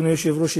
אדוני היושב-ראש,